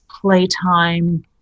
playtime